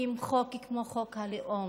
מחוקקים חוק כמו חוק הלאום?